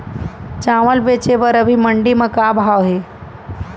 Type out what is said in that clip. चांवल बेचे बर अभी मंडी म का भाव हे?